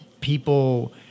people